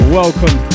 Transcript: welcome